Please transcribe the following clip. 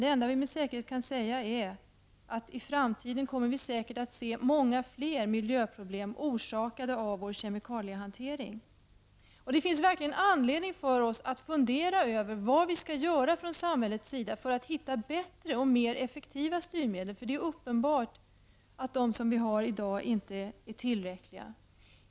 Det enda vi med säkerhet kan säga är att vi i framtiden säkerligen kommer att få se många fler miljöproblem orsakade av vår kemikaliehantering. Det finns verkligen anledning för oss att fundera över vad vi skall göra från samhällets sida för att hitta bättre och mer effektiva styrmedel. Det är uppenbart att de som vi har i dag inte är tillräckliga.